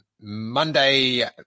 monday